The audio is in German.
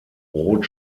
rot